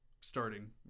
starting